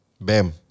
Bam